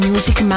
Music